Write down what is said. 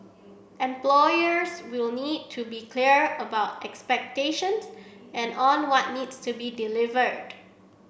employers will need to be clear about expectations and on what needs to be delivered